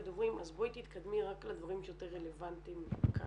דוברים אז בואי תתקדמי רק לדברים שיותר רלוונטיים כאן.